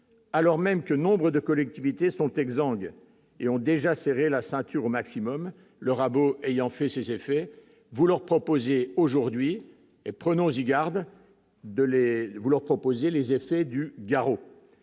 alors même que nombre de collectivités sont exangue et ont déjà serré la ceinture au maximum le rabot ayant fait ses effets, vous leur proposez aujourd'hui et prenons-y garde de l'éleveur, vous leur proposez les effets du garrot